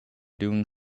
doing